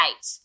eight